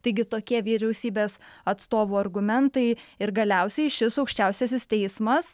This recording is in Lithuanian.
taigi tokie vyriausybės atstovų argumentai ir galiausiai šis aukščiausiasis teismas